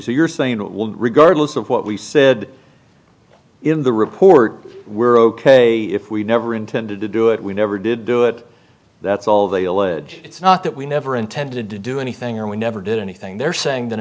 claim you're saying will regardless of what we said in the report were ok if we never intended to do it we never did do it that's all they allege it's not that we never intended to do anything and we never did anything they're saying that